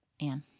Anne